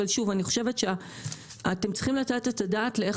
אבל אני חושבת שאתם צריכים לתת את הדעת לאיך